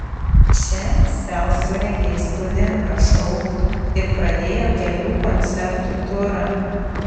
čia sel surengė įspūdingą šou ir pradėjo kelių koncertų turą